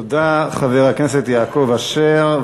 תודה, חבר הכנסת יעקב אשר.